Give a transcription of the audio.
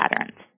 patterns